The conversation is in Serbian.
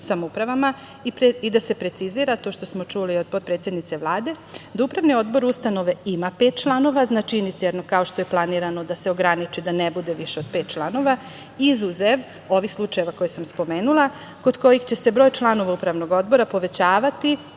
i da se precizira, to što smo čuli od potpredsednice Vlade, da upravni odbor ustanove ima pet članova, znači inicijalno, kao što je planirano, da se ograniči, da ne bude više od pet članova, izuzev ovih slučajeva koje sam spomenula, kod kojih će se broj članova upravnog odbora povećavati